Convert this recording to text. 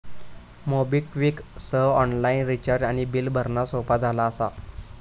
MobiKwik सह online recharge आणि bill भरणा सोपा झाला असा